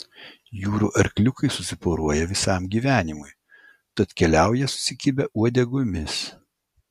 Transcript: jūrų arkliukai susiporuoja visam gyvenimui tad keliauja susikibę uodegomis